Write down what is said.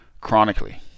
chronically